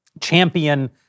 champion